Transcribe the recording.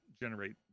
generate